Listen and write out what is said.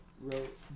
wrote